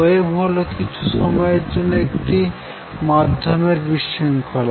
wave হল কিছু সময়ের জন্য একটি মাধ্যমের বিশৃঙ্খলা